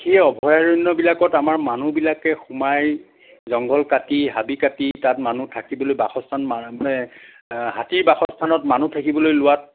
সেই অভয়াৰণ্যবিলাকত আমাৰ মানুহবিলাকে সোমাই জংঘল কাটি হাবি কাটি তাত মানুহে থাকিবলৈ বাসস্থান মা মানে হাতী বাসস্থানত মানুহ থাকিবলৈ লোৱাত